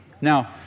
now